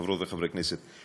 חברות וחברי הכנסת,